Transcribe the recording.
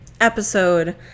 episode